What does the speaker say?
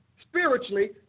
spiritually